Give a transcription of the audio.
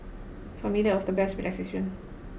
for me that was the best relaxation